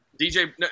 DJ –